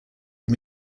can